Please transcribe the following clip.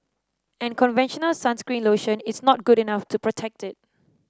and conventional sunscreen lotion is not good enough to protect it